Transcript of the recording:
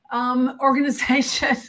Organization